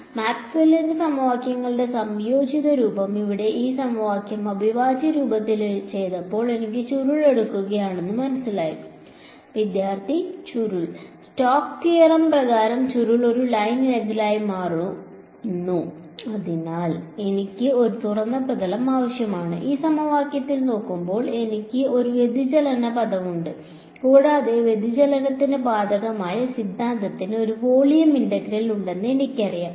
മാക്സ്വെല്ലിന്റെ സമവാക്യങ്ങളുടെ സംയോജിത രൂപം ശരിയാണ് ഇവിടെ ഈ സമവാക്യം അവിഭാജ്യ രൂപത്തിൽ ചെയ്തപ്പോൾ എനിക്ക് ചുരുൾ എടുക്കുകയാണെന്ന് മനസ്സിലായി വിദ്യാർത്ഥി ചുരുൾ സ്റ്റോക്ക് തിയറം പ്രകാരം ചുരുൾ ഒരു ലൈൻ ഇന്റഗ്രൽ ആയി മാറുന്നു അതിനാൽ എനിക്ക് ഒരു തുറന്ന പ്രതലം ആവശ്യമാണ് ഈ സമവാക്യത്തിലേക്ക് നോക്കുമ്പോൾ എനിക്ക് ഒരു വ്യതിചലന പദമുണ്ട് കൂടാതെ വ്യതിചലനത്തിന് ബാധകമായ സിദ്ധാന്തത്തിന് ഒരു വോളിയം ഇന്റഗ്രൽ ഉണ്ടെന്ന് എനിക്കറിയാം